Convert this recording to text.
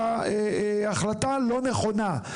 שההחלטה היא לא נכונה,